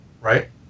right